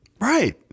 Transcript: Right